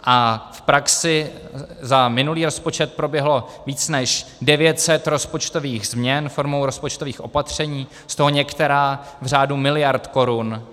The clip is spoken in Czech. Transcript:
V praxi za minulý rozpočet proběhlo více než 900 rozpočtových změn formou rozpočtových opatření, z toho některá v řádu miliard korun.